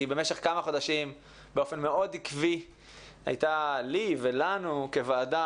כי במשך כמה חודשים באופן מאוד עקבי הייתה לי ולנו כוועדה